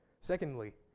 Secondly